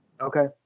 Okay